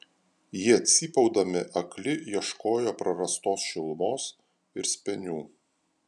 jie cypaudami akli ieškojo prarastos šilumos ir spenių